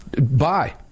Bye